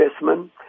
investment